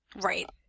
Right